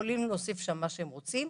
ויכולים להוסיף שם מה שהם רוצים.